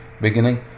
beginning